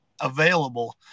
available